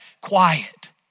quiet